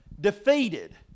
defeated